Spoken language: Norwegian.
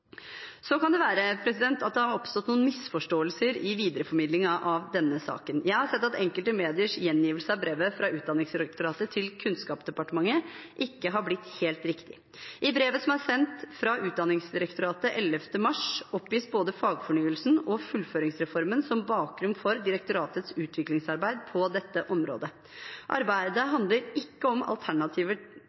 Så kan det være at det har oppstått noen misforståelser i videreformidlingen av denne saken. Jeg har sett at enkelte mediers gjengivelse av brevet fra Utdanningsdirektoratet til Kunnskapsdepartementet ikke har blitt helt riktig. I brevet som er sendt fra Utdanningsdirektoratet 11. mars, oppgis både fagfornyelsen og fullføringsreformen som bakgrunn for direktoratets utviklingsarbeid på dette området. Arbeidet handler ikke om alternativer